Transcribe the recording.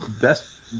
best